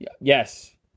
Yes